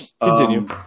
continue